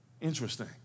Interesting